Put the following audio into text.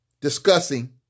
discussing